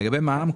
לגבי מע"מ,